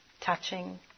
touching